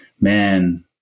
man